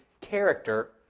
character